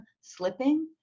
slipping